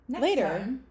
Later